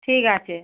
ঠিক আছে